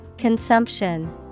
Consumption